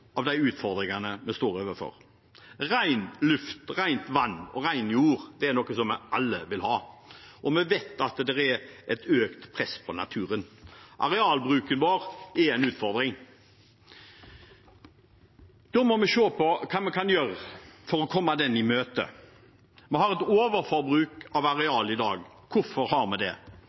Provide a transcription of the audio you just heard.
av de utfordringene vi står overfor. Ren luft, rent vann og ren jord er noe vi alle vil ha, og vi vet at det er et økt press på naturen. Arealbruken vår er en utfordring. Da må vi se på hva vi kan gjøre for å komme det i møte. Vi har et overforbruk av areal i dag. Hvorfor har vi det?